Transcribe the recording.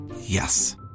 Yes